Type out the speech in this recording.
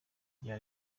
rya